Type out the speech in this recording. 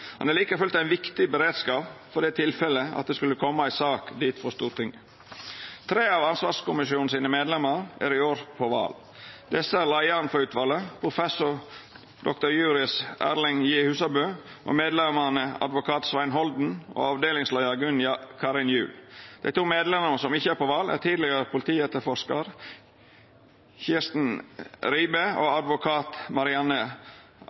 han ikkje fått nokon saker til handsaming, men er like fullt ein viktig beredskap for det tilfellet at det skulle koma ei sak dit frå Stortinget. Tre av ansvarskommisjonen sine medlemer er i år på val. Desse er leiaren for utvalet, professor dr.juris Erling J. Husabø, og medlemene advokat Svein Holden og avdelingsleiar Gunn Karin Gjul. Dei to medlemene som ikkje er på val, er tidlegare politietterforskar Kristen Ribe og advokat Marianne